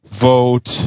vote